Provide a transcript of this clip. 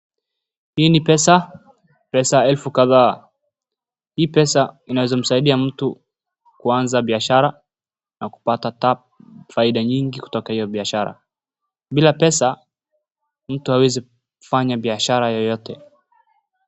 Hii ni pesa, pesa elfu kadhaa. Hii pesa inaweza msaidia mtu kuanza biashara na kupata faida nyingi kutoka hiyo biashara. Bila pesa, mtu hawezi fanya biashara yoyote.